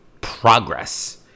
Progress